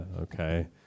okay